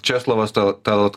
česlovas tallat